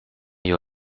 you